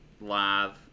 live